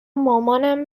مامانم